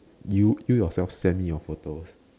you you yourself sent me your photos